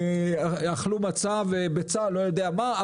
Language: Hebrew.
אכלו מצה וביצה לא יודע מה,